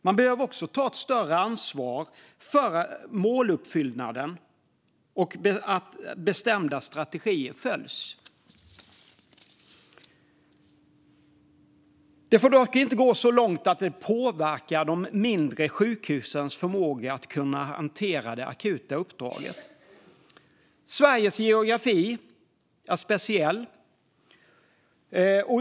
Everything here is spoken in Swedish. Man behöver också ta ett större ansvar för måluppfyllelsen och för att bestämda strategier följs. Det får dock inte gå så långt att det påverkar de mindre sjukhusens förmåga att kunna hantera det akuta uppdraget. Sveriges geografi är speciell.